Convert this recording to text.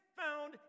found